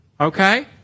Okay